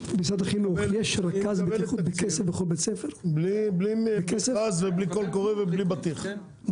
היא מקבלת תקציב בלי מכרז ובלי קול קורא ובלי בטיח,